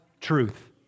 truth